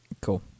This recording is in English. Cool